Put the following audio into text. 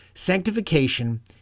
Sanctification